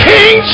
King